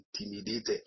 intimidated